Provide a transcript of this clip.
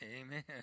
Amen